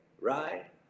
right